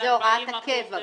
זאת הוראת הקבע.